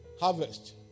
Harvest